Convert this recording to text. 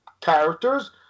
characters